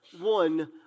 one